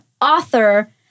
author